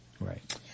Right